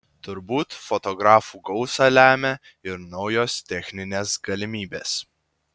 turbūt fotografų gausą lemia ir naujos techninės galimybės